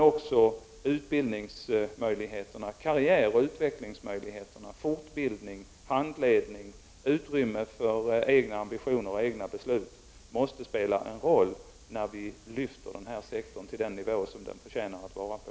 Också utbildningsmöjligheterna, karriäroch utvecklingsmöjligheterna, fortbildningen, handledningen, utrymmet för egna ambititioner och egna beslut måste spela en roll när vi lyfter den här sektorn till den nivå som den förtjänar att ligga på.